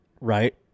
Right